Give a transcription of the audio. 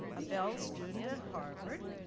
a bell student at harvard,